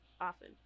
often